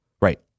Right